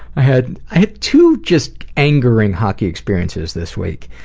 i had i had two just angering hockey experiences this week.